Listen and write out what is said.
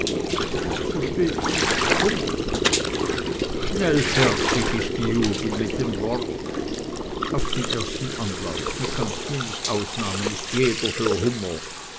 versteht sich hummer schnell fertig ist die jugend mit dem wort auf den ersten anlauf mit ganz wenig ausnahmen ist jeder für hummer